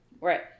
Right